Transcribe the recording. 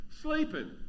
sleeping